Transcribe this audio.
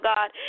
God